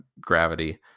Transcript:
gravity